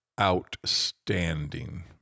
Outstanding